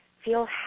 Feel